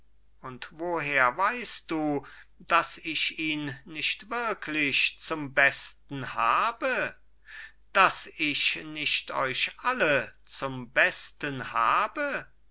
und woher weißt du daß ich ihn nicht wirklich zum besten habe daß ich nicht euch alle zum besten habe